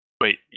Wait